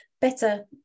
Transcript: better